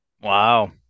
Wow